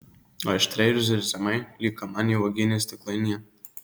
aštriai ir zirziamai lyg kamanė uogienės stiklainyje